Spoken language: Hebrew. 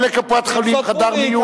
אם אין לקופת-חולים חדר מיון,